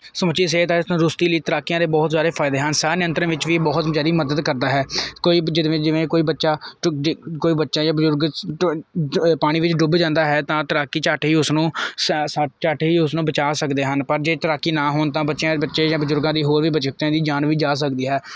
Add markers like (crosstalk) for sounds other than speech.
ਸਮੁੱਚੀ ਸਿਹਤ ਅਤੇ ਤੰਦਰੁਸਤੀ ਲਈ ਤੈਰਾਕੀਆਂ ਦੇ ਬਹੁਤ ਸਾਰੇ ਫਾਇਦੇ ਹਨ ਸਾਹ ਨਿਯੰਤਰਨ ਵਿੱਚ ਵੀ ਬਹੁਤ ਜ਼ਿਆਦਾ ਮਦਦ ਕਰਦਾ ਹੈ ਕੋਈ ਜਿਵੇਂ ਜਿਵੇਂ ਕੋਈ ਬੱਚਾ (unintelligible) ਕੋਈ ਬੱਚਾ ਜਾਂ ਬਜ਼ੁਰਗ (unintelligible) ਪਾਣੀ ਵਿੱਚ ਡੁੱਬ ਜਾਂਦਾ ਹੈ ਤਾਂ ਤੈਰਾਕੀ ਝੱਟ ਹੀ ਉਸਨੂੰ (unintelligible) ਝੱਟ ਹੀ ਉਸਨੂੰ ਬਚਾ ਸਕਦੇ ਹਨ ਪਰ ਜੇ ਤੈਰਾਕੀ ਨਾ ਹੋਣ ਤਾਂ ਬੱਚਿਆਂ ਬੱਚੇ ਜਾਂ ਬਜ਼ੁਰਗਾਂ ਦੀ ਹੋਰ ਵੀ ਬੱਚਿਆਂ ਦੀ ਜਾਨ ਵੀ ਜਾ ਸਕਦੀ ਹੈ